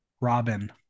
Robin